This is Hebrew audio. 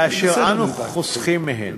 ואשר אנו חוסכים מהן.